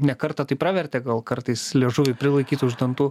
ne kartą tai pravertė gal kartais liežuvį prilaikyt už dantų